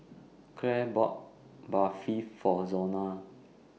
Clare bought Barfi For Zona